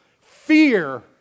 Fear